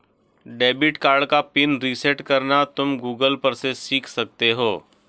debit card का PIN reset करना तुम गूगल पर से सीख सकते हो